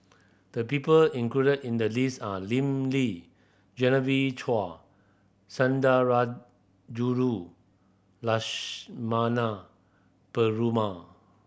the people included in the list are Lim Lee Chua Sundarajulu Lakshmana Perumal